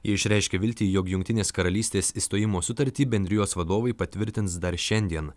jie išreiškė viltį jog jungtinės karalystės išstojimo sutartį bendrijos vadovai patvirtins dar šiandien